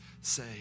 say